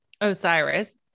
Osiris